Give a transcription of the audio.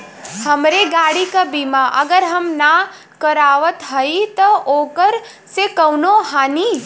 हमरे गाड़ी क बीमा अगर हम ना करावत हई त ओकर से कवनों हानि?